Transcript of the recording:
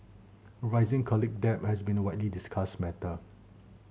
rising college debt has been a widely discussed matter